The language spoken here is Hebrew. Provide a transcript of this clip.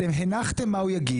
אתם הנחתם מה הוא יגיד,